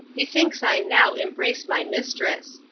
methinks i now embrace my mistress.